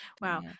Wow